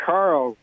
Carl